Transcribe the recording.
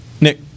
Nick